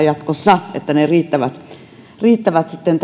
jatkossa huolehtia että ne riittävät riittävät sitten